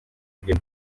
bwe